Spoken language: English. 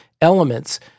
elements